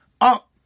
up